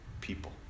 people